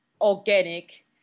organic